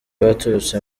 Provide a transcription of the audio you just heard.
baturutse